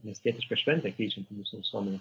miestietiška šventė keičianti mūsų visuomenę